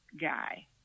guy